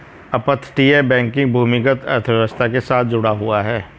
अपतटीय बैंकिंग भूमिगत अर्थव्यवस्था के साथ जुड़ा हुआ है